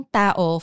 tao